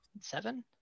seven